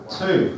two